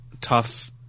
tough